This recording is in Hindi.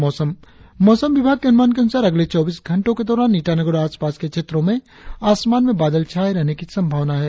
और अब मौसम मौसम विभाग के अनुमान के अनुसार अगले चौबीस घंटो के दौरान ईटानगर और आसपास के क्षेत्रो में आसमान में बादल छाये रहने की संभावना है